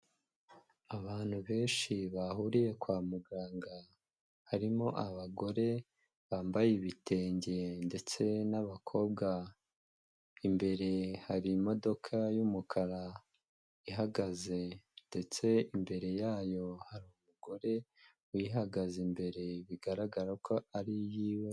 Abantu benshi bahuriye kwa muganga, harimo abagore bambaye ibitenge ndetse n'abakobwa, imbere hari imodoka y'umukara ihagaze, ndetse imbere yayo hari umugore uyihagaze imbere bigaragara ko ari iyiwe.